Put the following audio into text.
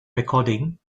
recording